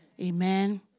amen